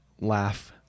laugh